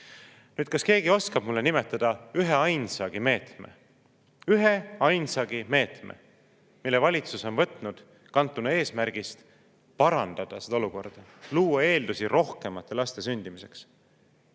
Kas keegi oskab mulle nimetada üheainsa meetme, üheainsagi meetme, mille valitsus on võtnud, kantuna eesmärgist parandada seda olukorda, luua eeldusi rohkemate laste sündimiseks?